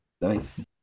nice